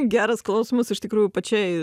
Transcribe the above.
geras klausimas iš tikrųjų pačiai